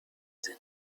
sind